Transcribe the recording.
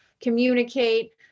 communicate